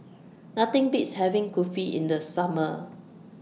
Nothing Beats having Kulfi in The Summer